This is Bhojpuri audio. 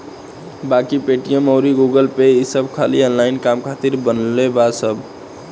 बाकी पेटीएम अउर गूगलपे ई सब खाली ऑनलाइन काम खातिर बनबे कईल बा